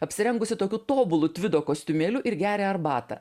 apsirengusi tokiu tobulu tvido kostiumėliu ir geria arbatą